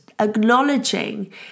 acknowledging